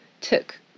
took